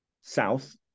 South